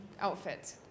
outfit